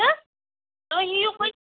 کیٛاہ تُہی یِیِو وُنۍ